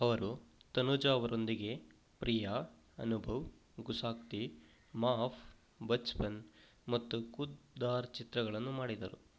ಅವರು ತನುಜಾ ಅವರೊಂದಿಗೆ ಪ್ರಿಯಾ ಅನುಭವ್ ಗುಸಾಕ್ತಿ ಮಾಫ್ ಬಚ್ಪನ್ ಮತ್ತು ಖುದ್ದಾರ್ ಚಿತ್ರಗಳನ್ನು ಮಾಡಿದರು